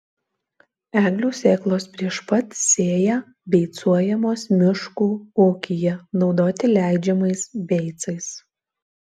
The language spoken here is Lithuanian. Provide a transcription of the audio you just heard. eglių sėklos prieš pat sėją beicuojamos miškų ūkyje naudoti leidžiamais beicais